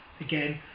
again